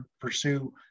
pursue